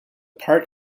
part